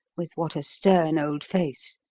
with what a stern old face!